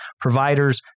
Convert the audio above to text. providers